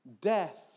Death